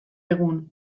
egun